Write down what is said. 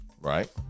Right